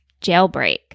Jailbreak